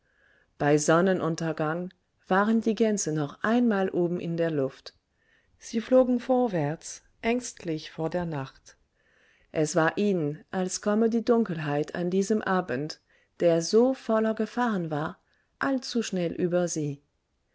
bei sonnenuntergang waren die gänse noch einmal oben in der luft sie flogen vorwärts ängstlich vor der nacht es war ihnen als komme die dunkelheit an diesem abend der so voller gefahren war allzu schnell über sie